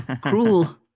cruel